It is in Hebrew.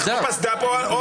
פסד"פ או הלבנת הון.